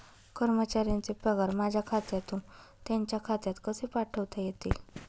कर्मचाऱ्यांचे पगार माझ्या खात्यातून त्यांच्या खात्यात कसे पाठवता येतील?